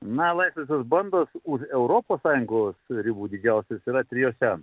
na laisvosios bandos už europos sąjungos ribų didžiausios yra trijose